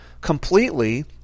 completely